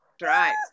Right